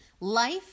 Life